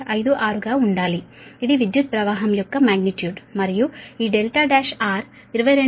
56 గా ఉండాలి ఇది విద్యుత్ ప్రవాహం యొక్క మాగ్నిట్యూడ్ మరియు ఈ R1 22